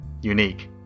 unique